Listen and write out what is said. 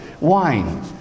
wine